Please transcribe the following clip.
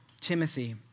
Timothy